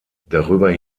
darüber